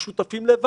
הם שותפים לבד.